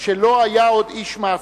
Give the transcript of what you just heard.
שלא היה עוד איש מעשה.